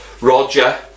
roger